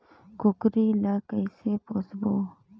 कूकरी ला कइसे पोसबो?